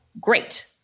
great